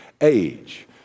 age